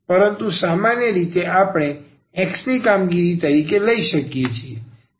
પરંતુ સામાન્ય રીતે આપણે x ની કામગીરી તરીકે લઈ શકીએ છીએ